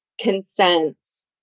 consents